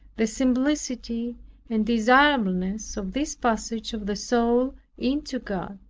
the simplicity and desirableness of this passage of the soul into god.